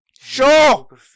Sure